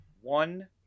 one